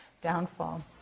downfall